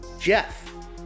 Jeff